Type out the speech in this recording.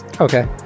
okay